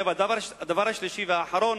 הדבר השלישי והאחרון